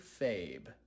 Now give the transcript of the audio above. Fabe